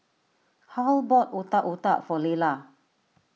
Harl bought Otak Otak for Lelah